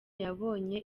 yabonye